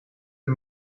een